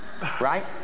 right